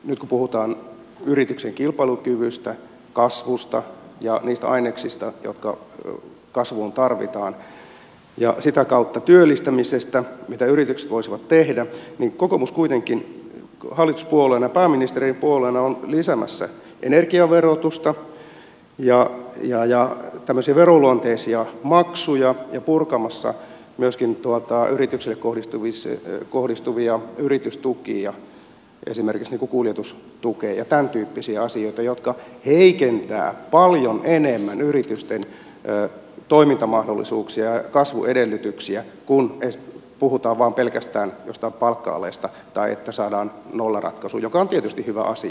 nyt kun puhutaan yrityksen kilpailukyvystä kasvusta ja niistä aineksista jotka kasvuun tarvitaan ja sitä kautta työllistämisestä mitä yritykset voisivat tehdä kokoomus kuitenkin hallituspuolueena pääministerin puolueena on lisäämässä energiaverotusta ja tämmöisiä veroluonteisia maksuja ja purkamassa myöskin yrityksille kohdistuvia yritystukia esimerkiksi kuljetustukea ja tämäntyyppisiä asioita jotka heikentävät paljon enemmän yritysten toimintamahdollisuuksia ja kasvuedellytyksiä kuin että puhutaan vain pelkästään jostain palkka alesta tai että saadaan nollaratkaisu joka on tietysti hyvä asia